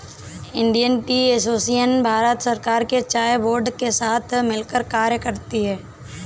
Indian tea association Bharat सरकार के चाय बोर्ड के साथ मिलकर कार्य करती है